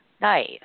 Nice